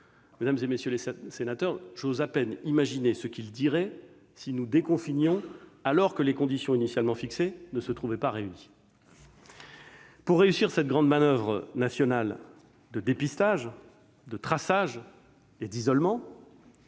Mesdames, messieurs les sénateurs, j'ose à peine imaginer ce qu'ils diraient si nous déconfinions, alors que les conditions initialement fixées ne se trouvaient pas réunies ! Pour réussir cette grande manoeuvre nationale de dépistage, de traçage et d'isolement,